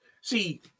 See